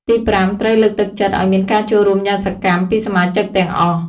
ទីប្រាំ ត្រូវ លើកទឹកចិត្តឲ្យមានការចូលរួមយ៉ាងសកម្ម ពីសមាជិកទាំងអស់។